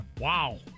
Wow